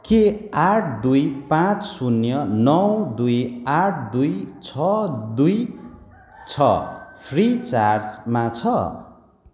के आठ दुई पाँच शून्य नौ दुई आठ दुई छ दुई छ फ्रिचार्जमा छ